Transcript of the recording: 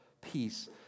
peace